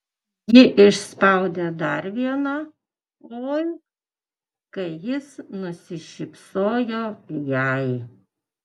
ji išspaudė dar vieną oi kai jis nusišypsojo jai